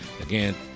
Again